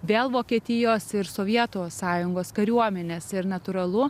vėl vokietijos ir sovietų sąjungos kariuomenės ir natūralu